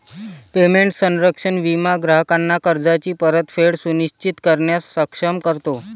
payment संरक्षण विमा ग्राहकांना कर्जाची परतफेड सुनिश्चित करण्यास सक्षम करतो